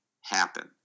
happen